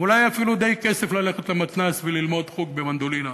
ואולי אפילו די כסף ללכת למתנ"ס וללמוד בחוג מנדולינה